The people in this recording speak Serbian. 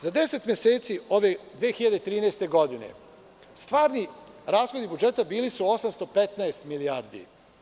Za 10 meseci 2013. godine stvarni rashodi budžeta bili su 815 milijardi.